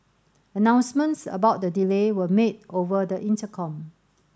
announcements about the delay were made over the intercom